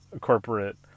Corporate